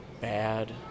bad